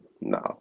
no